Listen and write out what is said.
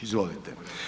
Izvolite.